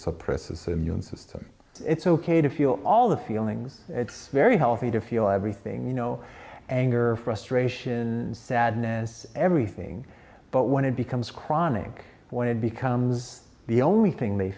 suppresses the immune system it's ok to feel all the feelings it's very healthy to feel everything you know anger frustration sadness everything but when it becomes chronic when it becomes the only thing they